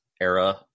era